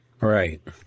right